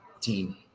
team